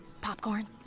Popcorn